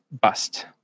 bust